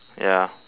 ya